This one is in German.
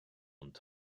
und